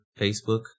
Facebook